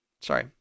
sorry